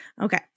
Okay